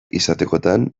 izatekotan